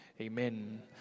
Amen